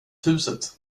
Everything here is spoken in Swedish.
huset